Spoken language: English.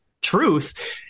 truth